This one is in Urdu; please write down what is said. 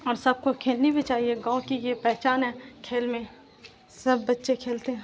اور سب کو کھیلنی بھی چاہیے گاؤں کی یہ پہچان ہے کھیل میں سب بچے کھیلتے ہیں